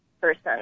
person